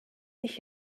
sich